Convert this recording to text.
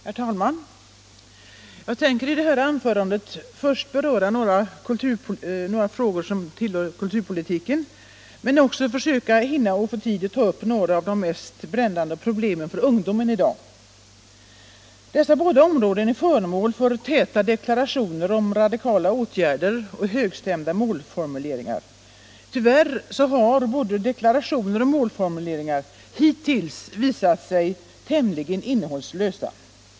Herr talman! Jag tänker i detta anförande först beröra några frågor som tillhör kulturpolitiken men också försöka hinna ta några av de mest brännande problemen för ungdomen i dag. Dessa båda områden är föremål för täta deklarationer om radikala åtgärder och högstämda målformuleringar. Tyvärr har både deklarationer och målformuleringar hittills visat sig tämligen innehållslösa.